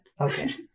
Okay